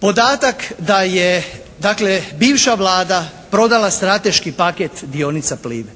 Podatak da je dakle bivša Vlada prodala strateški paket dionica "Plive".